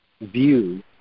view